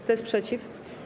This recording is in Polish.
Kto jest przeciw?